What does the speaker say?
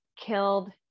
killed